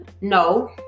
No